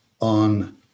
on